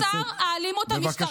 חבר כנסת, אתה שר לאלימות משטרתית.